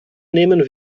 nehmen